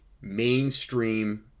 mainstream